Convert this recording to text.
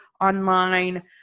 online